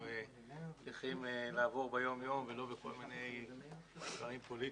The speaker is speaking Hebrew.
שאנחנו צריכים לעבור ביום יום ולא בכל מיני נושאים פוליטיים.